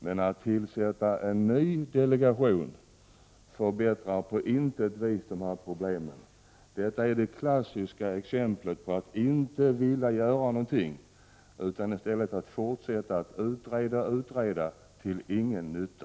Men att tillsätta en ny delegation förbättrar på intet vis läget när det gäller de här problemen. Detta är det klassiska exemplet på att inte vilja göra någonting, utan i stället fortsätta att utreda och utreda till ingen nytta.